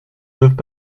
doivent